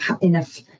enough